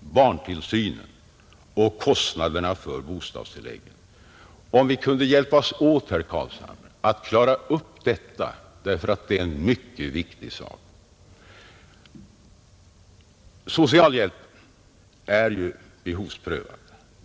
barntillsynen och kostnaderna för bostadstilläggen. Om vi kunde hjälpas åt, herr Carlshamre, att klara upp detta! Det är nämligen en mycket viktig sak. Socialhjälpen är ju behovsprövad.